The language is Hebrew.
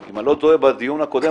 האוצר, אם אני לא טועה בדיון הקודם?